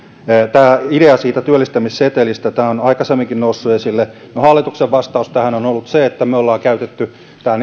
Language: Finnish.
tämä idea työllistämissetelistä on aikaisemminkin noussut esille no hallituksen vastaus tähän on ollut se että me olemme käyttäneet